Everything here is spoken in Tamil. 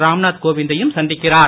ராம்நாத் கோவிந் தையும் சந்திக்கிறார்